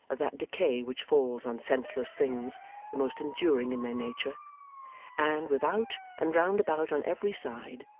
of that decay which falls on senseless things the most enduring in their nature and, without, and round about on every side,